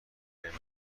قیمت